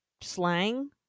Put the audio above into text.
slang